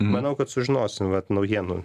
manau kad sužinosime vat naujienų